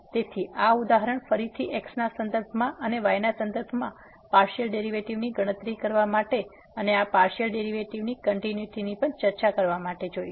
તેથી આ ઉદાહરણ ફરીથી x ના સંદર્ભમાં અને y ના સંદર્ભમાં પાર્સીઅલ ડેરીવેટીવની ગણતરી કરવા માટે અને આ પાર્સીઅલ ડેરીવેટીવની કંટીન્યુટીની પણ ચર્ચા કરીશું